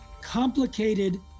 complicated